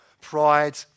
Pride